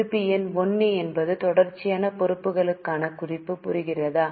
குறிப்பு எண் 1 என்பது தொடர்ச்சியான பொறுப்புகளுக்கான குறிப்புபுரிகிறதா